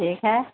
ٹھیک ہے